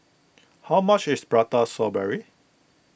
how much is Prata Strawberry